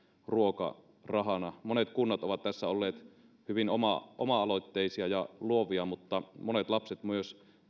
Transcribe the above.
ruokarahana monet kunnat ovat tässä olleet hyvin oma oma aloitteisia ja luovia mutta monet lapset myös